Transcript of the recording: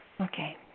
Okay